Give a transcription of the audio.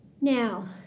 Now